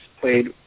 played